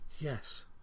yes